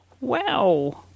Wow